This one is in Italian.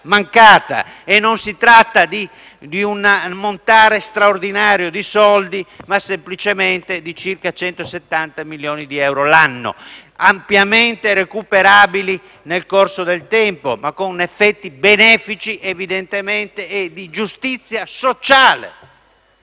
Non si tratta di un ammontare straordinario di soldi, ma semplicemente di circa 170 milioni di euro l'anno, ampiamente recuperabili nel corso del tempo, ma con effetti benefici e di giustizia sociale.